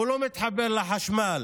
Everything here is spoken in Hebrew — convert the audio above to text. הוא לא מתחבר לחשמל,